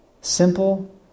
Simple